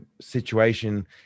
situation